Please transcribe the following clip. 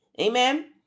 Amen